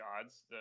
odds